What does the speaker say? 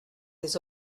des